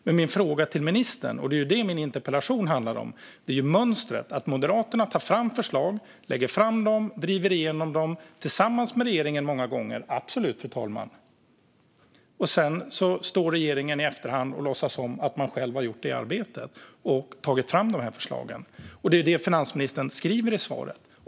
Men min fråga till ministern i interpellationen gäller mönstret: Moderaterna tar fram förslag som man lägger fram och driver igenom, många gånger tillsammans med regeringen, och sedan står regeringen i efterhand och låtsas som om man själv har gjort arbetet och tagit fram förslagen. Det är detta finansministern skriver i svaret.